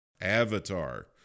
avatar